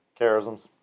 charisms